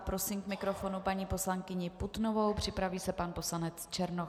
Prosím k mikrofonu paní poslankyni Putnovou, připraví se pan poslanec Černoch.